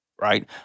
right